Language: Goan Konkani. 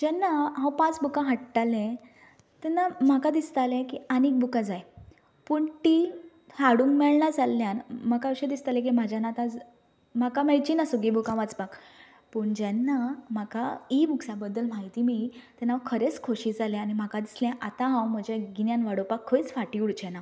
जेन्ना हांव पांच बुकां हाडटालें तेन्ना म्हाका दिसतालें की आनीक बुका जाय पूण तीं हाडूंक मेळना जाल्ल्यान म्हाका अशें दिसतालें की म्हज्यान आतां म्हाका मेळची ना सगळीं बुकां वाचपाक पूण जेन्ना म्हाका ईबुक्सा बद्दल म्हायती मेळ्ळी तेन्ना हांव खरेंच खोशी जालें आनी म्हाका दिसलें की आतां हांव म्हजें गिन्यान वाडोवपाक खंयच फाटी उरचें ना